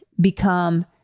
become